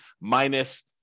minus